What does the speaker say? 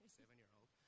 seven-year-old